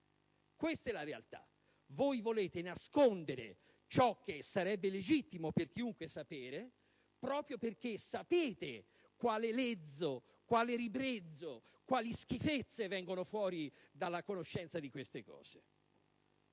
Questa è la realtà: volete nascondere ciò che sarebbe legittimo per chiunque sapere, proprio perché sapete quale lezzo, quale ribrezzo, quali schifezze vengono fuori dalla conoscenza di queste cose.